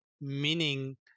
meaning